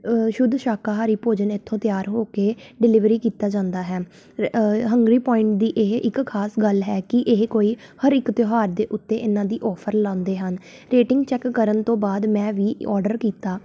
ਸ਼ੁੱਧ ਸ਼ਾਕਾਹਾਰੀ ਭੋਜਨ ਇੱਥੋਂ ਤਿਆਰ ਹੋ ਕੇ ਡਿਲੀਵਰੀ ਕੀਤਾ ਜਾਂਦਾ ਹੈ ਹੰਗਰੀ ਪੁਆਇੰਟ ਦੀ ਇਹ ਇੱਕ ਖਾਸ ਗੱਲ ਹੈ ਕੀ ਇਹ ਕੋਈ ਹਰ ਇੱਕ ਤਿਉਹਾਰ ਦੇ ਉੱਤੇ ਇਹਨਾਂ ਦੀ ਔਫਰ ਲਗਾਉਂਦੇ ਹਨ ਰੇਟਿੰਗ ਚੈੱਕ ਕਰਨ ਤੋਂ ਬਾਅਦ ਮੈਂ ਵੀ ਔਡਰ ਕੀਤਾ